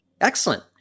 Excellent